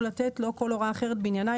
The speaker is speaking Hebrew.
או לתת לו כל הוראה אחרת בעניינה,